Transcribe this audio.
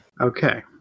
Okay